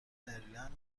مریلند